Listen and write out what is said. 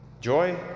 joy